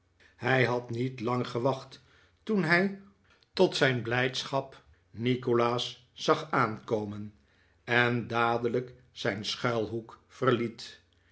hij had niet lang gewacht toen hij tot zijn blijdschap nikolaas zag aankomen en dadelijk zijn schuilhoek verliet